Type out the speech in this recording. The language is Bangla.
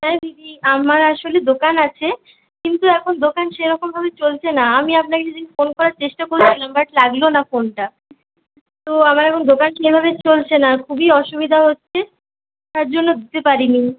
হ্যাঁ দিদি আমার আসলে দোকান আছে কিন্তু এখন দোকান সেরকমভাবে চলছে না আমি আপনাকে ফোন করার চেষ্টা করেছিলাম বাট লাগলো না ফোনটা তো আমার এখন দোকান সেভাবে চলছে না খুবই অসুবিধা হচ্ছে তার জন্য দিতে পারিনি